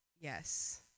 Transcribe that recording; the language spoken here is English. Yes